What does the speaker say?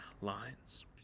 lines